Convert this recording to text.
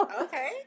Okay